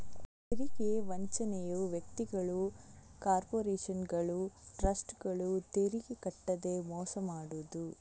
ತೆರಿಗೆ ವಂಚನೆಯು ವ್ಯಕ್ತಿಗಳು, ಕಾರ್ಪೊರೇಷನುಗಳು, ಟ್ರಸ್ಟ್ಗಳು ತೆರಿಗೆ ಕಟ್ಟದೇ ಮೋಸ ಮಾಡುದು